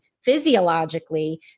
physiologically